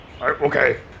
okay